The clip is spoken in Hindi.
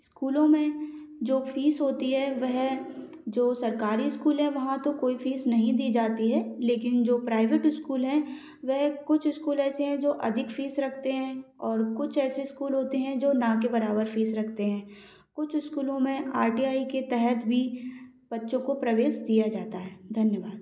स्कूलों में जो फ़ीस होती है वह जो सरकारी स्कूल है वहाँ तो कोई फ़ीस नहीं दी जाती है लेकिन जो प्राइवेट स्कूल हैं वह कुछ स्कूल ऐसे हैं जो अधिक फ़ीस रखते है और कुछ ऐसे स्कूल होते हैं जो ना के बराबर फ़ीस रखते हैं कुछ स्कूलों में आर टी आई के तहत भी बच्चों के प्रवेश दिया जाता है धन्यवाद